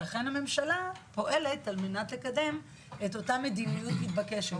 שאכן הממשלה פועלת על מנת לקדם את אותה מדיניות מתבקשת.